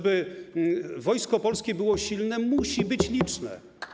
Aby Wojsko Polskie było silne, musi być liczne.